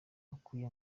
bakwiye